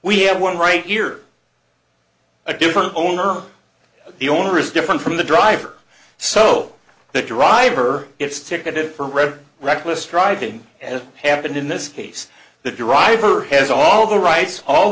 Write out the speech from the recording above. we have one right here a different owner the owner is different from the driver so that driver it's ticketed for red reckless driving as happened in this case the driver has all the rights all